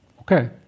Okay